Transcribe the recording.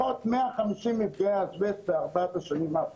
מרבית החולים הם אנשים בשנות ה-70 לחייהם שנחשפו הרבה שנים אחורה